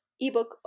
ebook